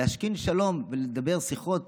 להשכין שלום ולדבר שיחות